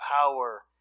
power